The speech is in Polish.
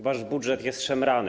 Wasz budżet jest szemrany.